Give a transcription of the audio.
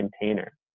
container